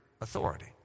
authority